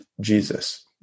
Jesus